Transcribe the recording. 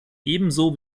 ebenso